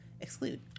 exclude